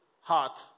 heart